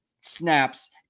snaps